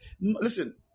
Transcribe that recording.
listen